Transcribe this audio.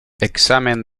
examen